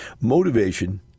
Motivation